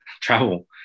travel